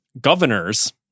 governors